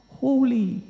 holy